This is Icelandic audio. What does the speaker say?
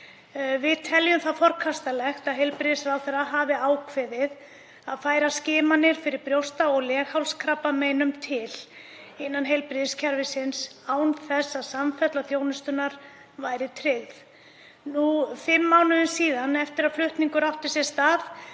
Við teljum það forkastanlegt að heilbrigðisráðherra hafi ákveðið að færa til skimanir fyrir brjósta- og leghálskrabbameinum innan heilbrigðiskerfisins án þess að samfella þjónustunnar væri tryggð. Nú, fimm mánuðum eftir að flutningur átti sér stað,